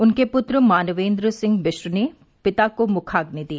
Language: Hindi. उनके पुत्र मानवेंद्र सिंह बिष्ट ने पिता को मुखाग्नि दी